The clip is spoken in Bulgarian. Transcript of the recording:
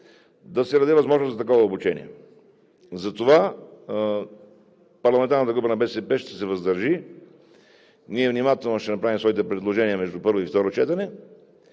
да се даде възможност за такова обучение. Затова парламентарната група на БСП ще се въздържи. Ние внимателно ще направим своите предложения между първо и второ четене.